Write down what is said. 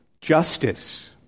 justice